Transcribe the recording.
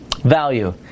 value